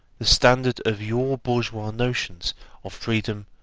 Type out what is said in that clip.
the standard of your bourgeois notions of freedom,